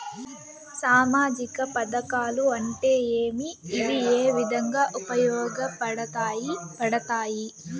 సామాజిక పథకాలు అంటే ఏమి? ఇవి ఏ విధంగా ఉపయోగపడతాయి పడతాయి?